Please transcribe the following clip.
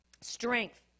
strength